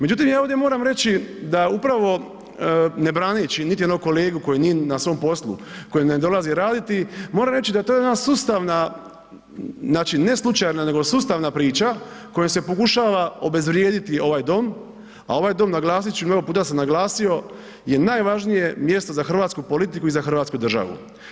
Međutim ja ovdje moram reći da upravo ne braneći niti jednog kolegu koji nije na svom poslu koji ne dolazi raditi, moram reći da je to jedna sustavna znači ne slučajna nego sustavna priča kojom se pokušava obezvrijediti ovaj dom, a ovaj dom naglasit ću i mnogo puta sam naglasio je najvažnije mjesto za hrvatsku politiku i za Hrvatsku državu.